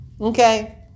Okay